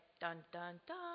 dun-dun-dun